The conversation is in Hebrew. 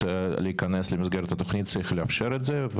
להיכנס למסגרת התוכנית צריך לאפשר את זה,